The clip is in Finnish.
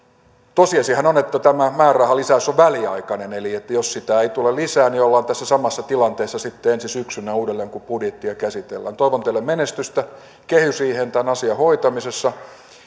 tosiasiahan on että tämä määrärahan lisäys on väliaikainen eli jos sitä ei tule lisää ollaan tässä samassa tilanteessa sitten ensi syksynä uudelleen kun budjettia käsitellään toivon teille menestystä kehysriiheen tämän asian hoitamisessa